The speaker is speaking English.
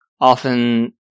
often